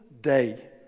day